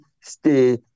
stay